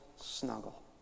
snuggle